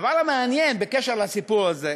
הדבר המעניין בקשר לסיפור הזה